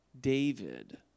David